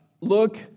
look